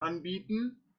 anbieten